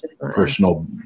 personal